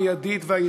יש מידה כנגד מידה.